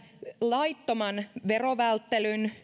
laittoman verovälttelyn